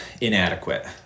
inadequate